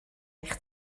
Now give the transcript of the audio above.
eich